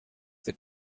that